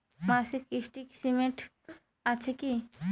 মাসিক কিস্তির সিস্টেম আছে কি?